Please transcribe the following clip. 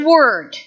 Word